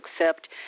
accept